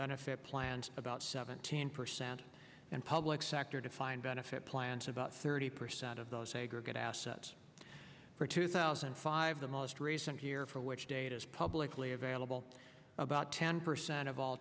benefit plans about seventeen percent and public sector defined benefit plans about thirty percent of those aggregate assets for two thousand and five the most recent year for which data is publicly available about ten percent of all